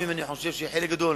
גם אם אני חושב שחלק גדול